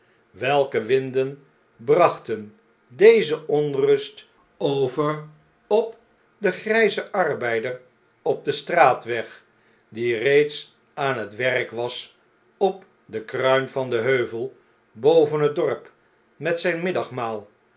welke winden brachten deze onrust over op den grjjzen arbeider op den straatweg die reeds aan net werk was op de kruin van den heuvel boven het dorp met zjjn